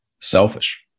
selfish